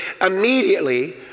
immediately